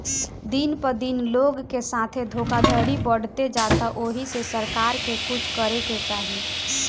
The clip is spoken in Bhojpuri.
दिन प दिन लोग के साथे धोखधड़ी बढ़ते जाता ओहि से सरकार के कुछ करे के चाही